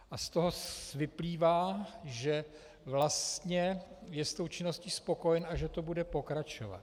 A z toho vyplývá, že vlastně je s tou činností spokojen a že to bude pokračovat.